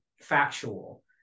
factual